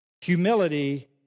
humility